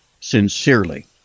Sincerely